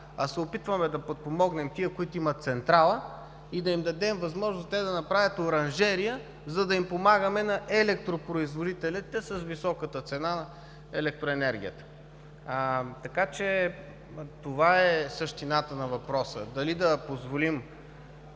а се опитваме да подпомогнем тези, които имат централа и да им дадем възможност те да направят оранжерия, за да помагаме на електропроизводителите с високата цена на електроенергията“. Това е същината на въпроса: дали да позволим